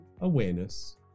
awareness